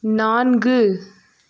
நான்கு